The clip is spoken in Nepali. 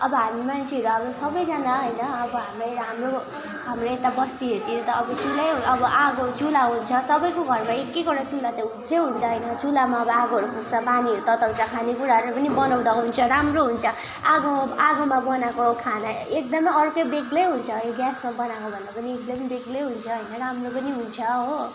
अब हामी मान्छेहरू अब सबैजना होइन अब हाम्रो हाम्रो हाम्रो यता बस्तीहरूतिर त अब चुल्है अब आगो हुन्छ सबैको घरमा एक एकवटा चुल्हा त हुन्छै हुन्छ होइन चुल्हामा अब आगोहरू फुक्छ पानीहरू तताउँछ खानेकुराहरू पनि बनाउँदा हुन्छ राम्रो हुन्छ आगोमा आगोमा बनाएको खाना एकदमै अर्कै बेग्लै हुन्छ है ग्यासमा बनाएकोभन्दा पनि एकदमै बेग्लै हुन्छ होइन राम्रो पनि हुन्छ हो